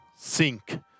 sink